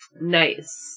Nice